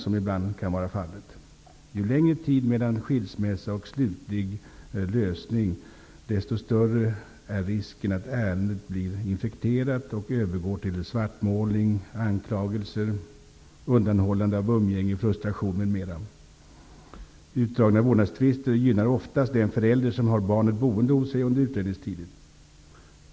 Ju längre tid det går mellan skilsmässa och slutlig lösning, desto större är risken att ärendet blir infekterat och övergår till svartmålning, anklagelser, undanhållande av umgänge, frustration, m.m. Utdragna vårdnadstvister gynnar oftast den förälder som har barnet boende hos sig under utredningstiden.